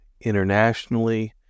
internationally